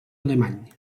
alemany